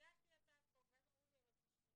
הגשתי הצעת חוק ואז אמרו לי,